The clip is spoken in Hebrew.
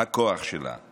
הכוח שלה //